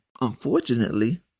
Unfortunately